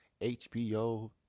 HBO